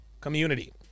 community